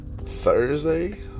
thursday